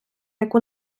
яку